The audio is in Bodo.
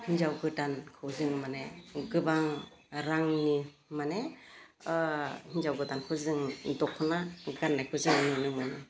हिन्जाव गोदानखौ जों माने गोबां रांनि माने हिन्जाव गोदानखौ जों दख'ना गान्नायखौ जों नुनो मोनो